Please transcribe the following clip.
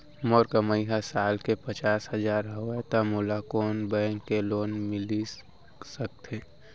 मोर कमाई ह साल के पचास हजार हवय त मोला कोन बैंक के लोन मिलिस सकथे?